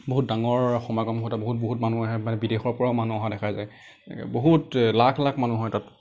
বহুত ডাঙৰ সমাগম ঘটে বহুত বহুত মানুহ আহে মানে বিদেশৰ পৰাও মানুহ অহা দেখা যায় বহুত লাখ লাখ মানুহ হয় তাত